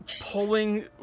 pulling